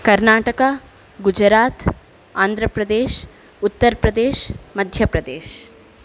Karnataka Gujarat Andhra Pradesh Uttar Pradesh Madhya Pradesh